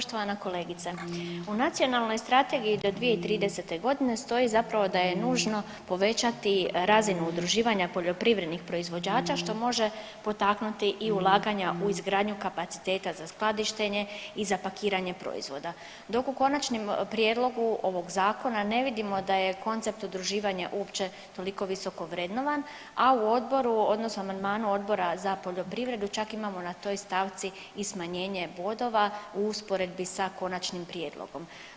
Poštovana kolegice, u Nacionalnoj strategiji do 2030. godine stoji zapravo da je nužno povećati razinu udruživanja poljoprivrednih proizvođača što može potaknuti i ulaganja u izgradnju kapaciteta za skladištenje i za pakiranje proizvoda dok u konačnom prijedlogu ovog zakona ne vidimo da je koncept udruživanja uopće toliko visoko vrednovan, a u odboru, odnosno amandmanu Odbora za poljoprivredu čak imamo na toj stavci i smanjenje bodova u usporedbi sa konačnim prijedlogom.